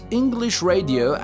englishradio